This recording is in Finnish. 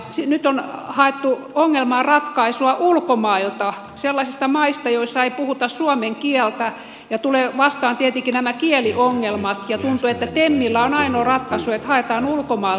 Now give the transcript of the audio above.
nyt on haettu ongelmaan ratkaisua ulkomailta sellaisista maista joissa ei puhuta suomen kieltä ja tulee vastaan tietenkin nämä kieliongelmat ja tuntuu että temillä on ainoa ratkaisu että haetaan ulkomailta työvoimaa